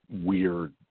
weird